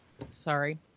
Sorry